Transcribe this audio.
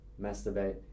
masturbate